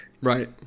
Right